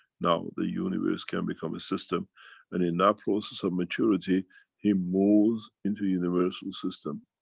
now the universe can become a system and in that process of maturity he moves into universal system.